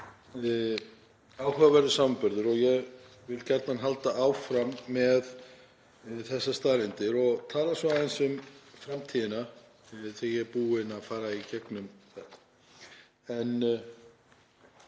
áhugaverður samanburður og ég vil gjarnan halda áfram með þessar staðreyndir og tala svo aðeins um framtíðina þegar ég er búinn að fara í gegnum þetta. Ég